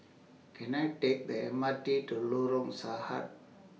Can I Take The M R T to Lorong Sarhad